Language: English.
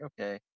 okay